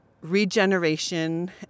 regeneration